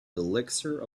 elixir